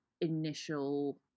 initial